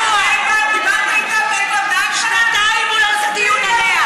זה לא היה לך חשוב, שנתיים הוא לא עשה דיון עליה.